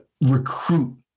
recruit